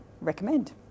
recommend